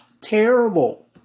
terrible